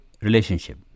relationship